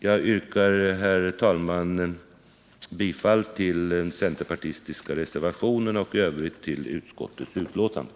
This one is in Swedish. Jag yrkar, herr talman, bifall till den centerpartistiska reservationen och i övrigt till utskottets hemställan.